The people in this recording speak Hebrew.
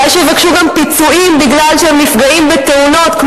אולי שיבקשו גם פיצויים מפני שהם נפגעים בתאונות,